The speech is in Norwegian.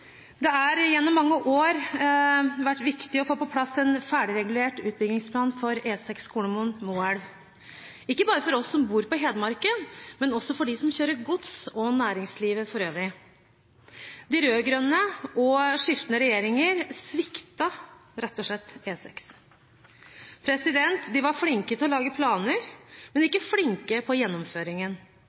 Det har gjennom mange år vært viktig å få på plass en ferdigregulert utbyggingsplan for E6 Kolomoen–Moelv, ikke bare for oss som bor på Hedmarken, men også for dem som kjører gods, og næringslivet for øvrig. De rød-grønne og skiftende regjeringer sviktet E6, rett og slett. De var flinke til å lage planer, men ikke flinke med gjennomføringen. Allerede på